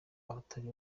abatari